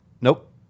Nope